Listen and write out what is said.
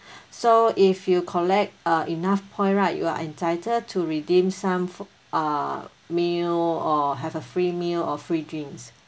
so if you collect uh enough point right you are entitled to redeem some f~ uh meal or have a free meal or free drinks